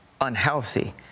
unhealthy